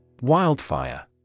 Wildfire